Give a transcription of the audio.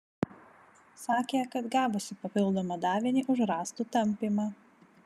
sakė kad gavusi papildomą davinį už rąstų tampymą